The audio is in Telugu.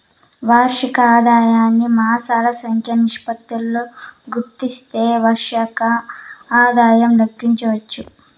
వార్షిక ఆదాయాన్ని మాసాల సంఖ్య నిష్పత్తితో గుస్తిస్తే వార్షిక ఆదాయం లెక్కించచ్చు